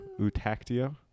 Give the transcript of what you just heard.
Utactio